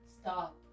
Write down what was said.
stop